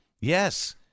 yes